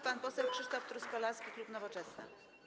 Pan poseł Krzysztof Truskolaski, klub Nowoczesna.